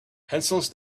pencils